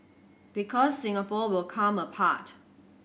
because Singapore will come apart